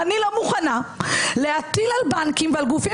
אני לא מוכנה להטיל על בנקים ועל גופים